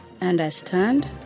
understand